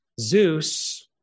zeus